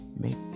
make